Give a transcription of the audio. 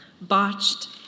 Botched